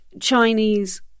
Chinese